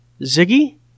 Ziggy